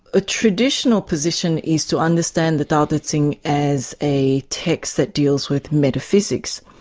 a traditional position is to understand the dao de jing as a text that deals with metaphysics.